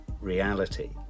reality